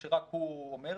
רק הוא אומר.